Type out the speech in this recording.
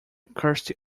kirsty